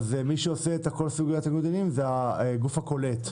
מי שעושה את כל סוגיית ניגוד העניינים זה הגוף הקולט.